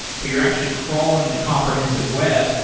but you're actually crawling the comprehensive web.